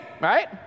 right